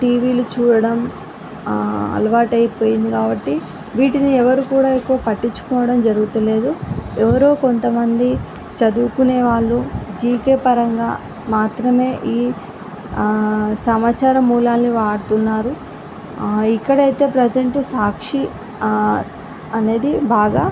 టీవీలు చూడడం అలవాటైపోయింది కాబట్టి వీటిని ఎవరూ కూడా ఎక్కువ పట్టించుకోవడం జరగడంలేదు ఎవరో కొంత మంది చదువుకునేవాళ్ళు జీకే పరంగా మాత్రమే ఈ సమాచార మూలాల్ని వాడుతున్నారు ఇక్కడ అయితే ప్రజెంట్ సాక్షి అనేది బాగా